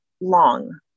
Long